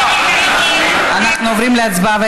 אנחנו עוברים להצבעה,